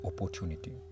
opportunity